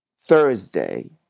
Thursday